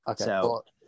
Okay